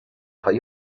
های